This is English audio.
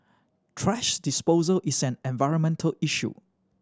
thrash disposal is an environmental issue